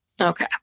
Okay